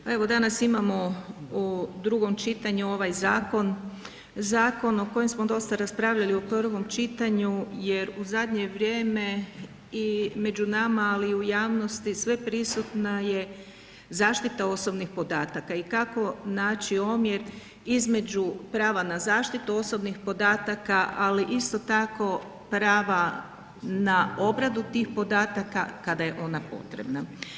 Pa evo danas imamo u drugom čitanju ovaj zakon, zakon o kojem smo dosta raspravljali u prvom čitanju jer u zadnje vrijeme i među nama, ali i u javnosti sveprisutna je zaštita osobnih podataka i kako naći omjer između prava na zaštitu osobnih podataka, ali isto tako prava na obradu tih podataka kada je ona potrebna.